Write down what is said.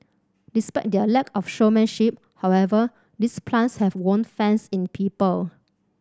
despite their lack of showmanship however these plants have won fans in people